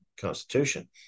constitution